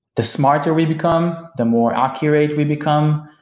the smarter we become, the more accurate we become,